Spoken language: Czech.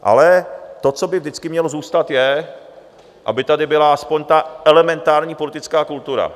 Ale to, co by vždycky mělo zůstat, je, aby tady byla aspoň elementární politická kultura.